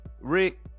rick